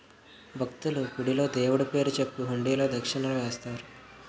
భక్తులు, గుడిలో దేవుడు పేరు చెప్పి హుండీలో దక్షిణలు వేస్తారు